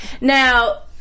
Now